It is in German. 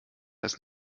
ist